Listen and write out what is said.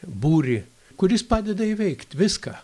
būrį kuris padeda įveikt viską